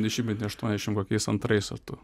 dešimtmetyje aštuoniasdešimt kokiais antrais o tu